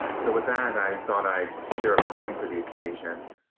so with that, i thought i'd share a poem for the occasion.